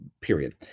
period